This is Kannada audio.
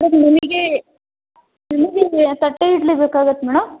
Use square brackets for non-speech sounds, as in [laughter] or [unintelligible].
ಮೇಡಮ್ ನಮಗೆ [unintelligible] ತಟ್ಟೆ ಇಡ್ಲಿ ಬೇಕಾಗತ್ತೆ ಮೇಡಮ್